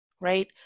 right